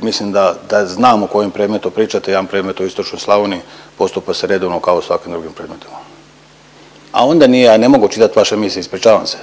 Mislim da znam o kojem predmetu pričate, jedan predmet u istočnoj Slavoniji, postupa se redovno kao u svakim drugim predmetima. A onda nije, ja ne mogu čitat vaše misli, ispričavam se.